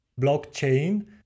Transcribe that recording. blockchain